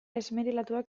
esmerilatuak